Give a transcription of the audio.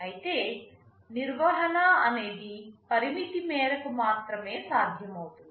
అయితే నిర్వహణ అనేది పరిమిత మేరకు మాత్రమే సాధ్యమవుతుంది